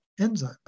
enzyme